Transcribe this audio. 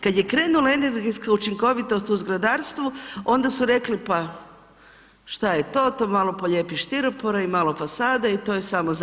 Kad je krenula energetska učinkovitost u zgradarstvu, onda su rekli pa, šta je to, to malo polijepiš stiropora i malo fasade i to je samo za